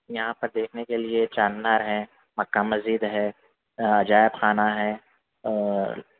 یہاں پر دیکھنے کے لئے چار مینار ہے مکہ مسجد ہے عجائب خانہ ہے آں